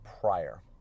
prior